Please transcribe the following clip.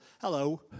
Hello